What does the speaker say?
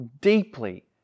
deeply